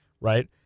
right